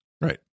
Right